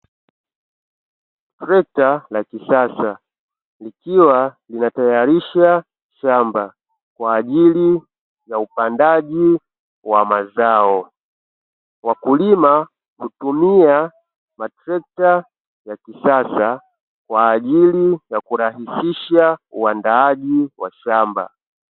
Trekta la kisasa likiwa linatayarisha shamba kwa ajili ya upandaji wa mazao, wakulima hutumia matrekta ya kisasa kwa ajili ya kurahisisha uandaaji wa shamba.